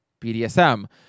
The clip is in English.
BDSM